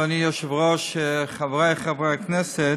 אדוני היושב-ראש, חברי חברי הכנסת,